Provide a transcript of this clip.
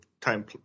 time